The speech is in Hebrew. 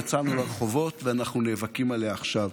יצאנו לרחובות ואנחנו נאבקים עליה עכשיו.